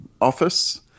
office